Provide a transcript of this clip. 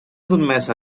sotmesa